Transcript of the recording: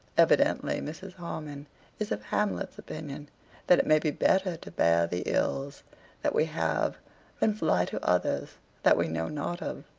evidently mrs. harmon is of hamlet's opinion that it may be better to bear the ills that we have than fly to others that we know not of.